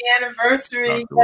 anniversary